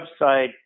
website